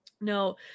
no